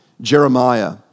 Jeremiah